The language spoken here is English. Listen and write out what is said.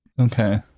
Okay